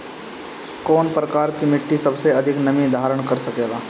कौन प्रकार की मिट्टी सबसे अधिक नमी धारण कर सकेला?